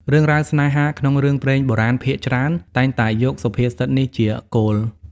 រឿងរ៉ាវស្នេហាក្នុងរឿងព្រេងបុរាណភាគច្រើន តែងតែយកសុភាសិតនេះជាគោល។